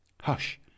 hush